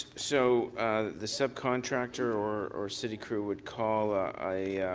so the subcontractor or city crew would call ah yeah